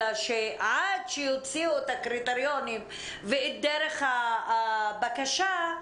אלא שעד שיוציאו את הקריטריונים ואת דרך הבקשה,